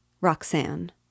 Roxanne